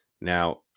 Now